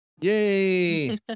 Yay